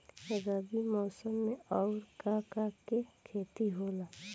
रबी मौसम में आऊर का का के खेती होला?